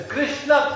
Krishna